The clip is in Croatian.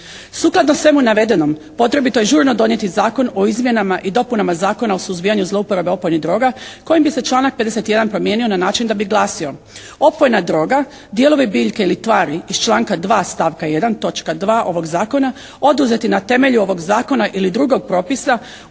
Sukladno svemu navedenom potrebito je žurno donijeti Zakon o izmjenama i dopunama Zakona o suzbijanju zlouporabe opojnih droga kojim bi se članak 51. promijenio na način da bi glasio: "Opojna droga, dijelovi biljke ili tvari iz članka 2. stavka 1. točka 2. ovog zakona, oduzeti na temelju ovog zakona ili drugog propisa